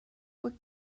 what